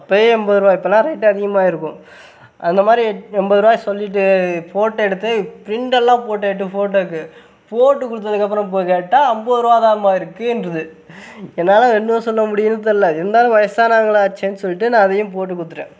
அப்போவே எண்பது ரூபா இப்போலாம் ரேட்டு அதிகமாயிருக்கும் அந்த மாதிரி எண்பது ருபா சொல்லிவிட்டு ஃபோட்டோ எடுத்து ப்ரிண்ட் எல்லாம் போட்டுட்டு ஃபோட்டோவுக்கு போட்டு கொடுத்ததுக்கு அப்புறம் போய் கேட்டால் ஐம்பது ரூபாதான்மா இருக்கின்றது என்னால் என்ன சொல்ல முடியும்னு தெரியல இருந்தாலும் வயசானவங்களாச்சேன்னு சொல்லிட்டு நான் அதையும் போட்டு கொடுத்துட்டேன்